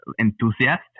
enthusiast